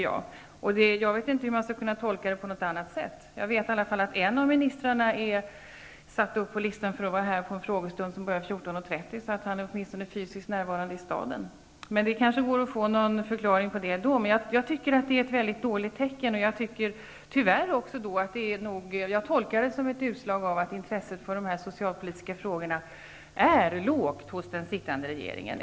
Jag vet dock inte hur man skulle kunna tolka det på något annat sätt. Jag vet i alla fall att en av ministrarna är uppsatt på listan för frågestunden som börjar kl. 14.30, så han är åtminstone fysiskt närvarande i staden. Men det kanske går att få en förklaring på det. Jag tycker att detta är ett mycket dåligt tecken. Jag tolkar det som ett utslag av att intresset för de socialpolitiska frågorna är litet i den sittande regeringen.